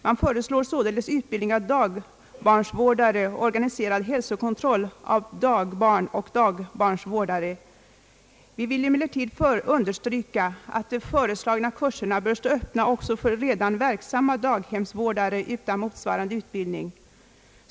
Man föreslår således utbildning av dagbarnsvårdare och organiserad hälsokontroll av dagbarn och dagbarnsvårdare. Vi vill emellertid understryka att de föreslagna kurserna bör stå öppna också för redan verksamma daghemsvårdare utan motsvarande utbildning.